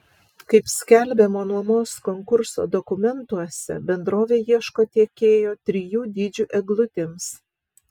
kaip skelbiama nuomos konkurso dokumentuose bendrovė ieško tiekėjo trijų dydžių eglutėms